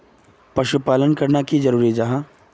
पशुपालन करना की जरूरी जाहा?